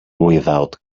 without